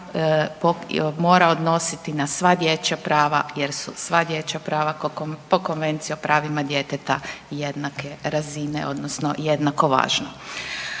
mora odnositi na sva dječja prava jer su sva dječja prava po Konvenciji o pravima djeteta jednake razine odnosno jednako važno.